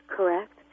Correct